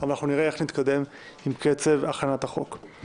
אבל נראה איך נתקדם בקצב הכנת הצעת החוק.